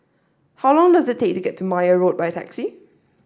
how long does it take to get to Meyer Road by taxi